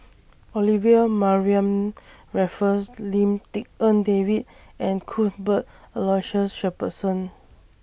Olivia Mariamne Raffles Lim Tik En David and Cuthbert Aloysius Shepherdson